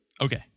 Okay